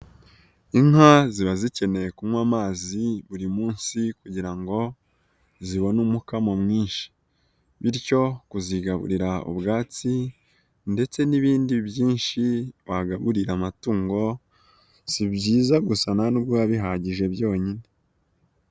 Inka ziba zikeneye kunywa amazi buri munsi kugira ngo zibone umuka mu mwinshi, bityo kuzigaburira ubwatsi ndetse n'ibindi byinshi wagaburira amatungo si byiza gusa nta n'ubwo biba bihagije byonyine.